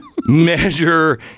measure